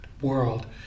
world